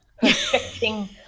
perfecting